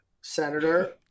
Senator